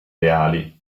reali